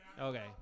Okay